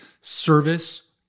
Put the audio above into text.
service